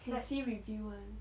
can see review [one]